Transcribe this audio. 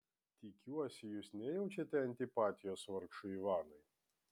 tikiuosi jūs nejaučiate antipatijos vargšui ivanui